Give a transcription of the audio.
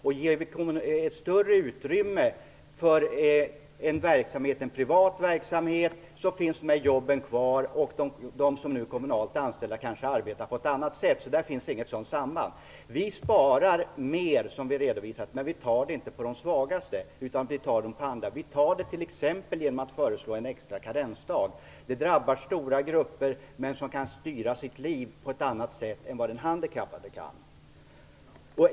Ger vi ett större utrymme för en privat verksamhet finns de här jobben kvar, och de som nu är kommunalt anställda kanske arbetar på ett annat sätt. Där finns inget sådant samband. Vi sparar mer, som vi redovisat, men vi tar inte från de svagaste. Vi tar in detta t.ex. genom att föreslå en extra karensdag. Det drabbar stora grupper, men de kan styra sitt liv på ett annat sätt än den handikappade kan.